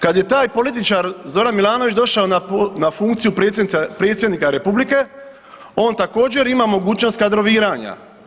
Kad je taj političar Zoran Milanović došao na funkciju predsjednika republike on također ima mogućnost kadroviranja.